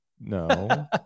No